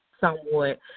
somewhat